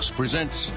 presents